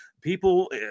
people